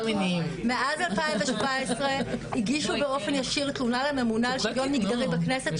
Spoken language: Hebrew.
מאז 2017 הגישו באופן ישיר תלונה לממונה על שיווין מגדרי לכנסת,